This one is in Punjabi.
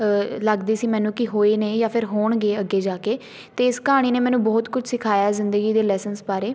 ਲੱਗਦੇ ਸੀ ਮੈਨੂੰ ਕਿ ਹੋਏ ਨੇ ਜਾਂ ਫਿਰ ਹੋਣਗੇ ਅੱਗੇ ਜਾ ਕੇ ਅਤੇ ਇਸ ਕਹਾਣੀ ਨੇ ਮੈਨੂੰ ਬਹੁਤ ਕੁਛ ਸਿਖਾਇਆ ਜ਼ਿੰਦਗੀ ਦੇ ਲੈਸਨਸ ਬਾਰੇ